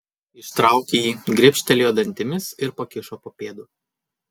ištraukė jį gribštelėjo dantimis ir pakišo po pėdu